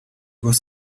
was